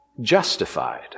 justified